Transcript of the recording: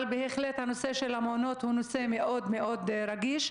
אבל בהחלט הנושא של המעונות הוא נושא מאוד מאוד רגיש,